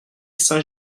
saint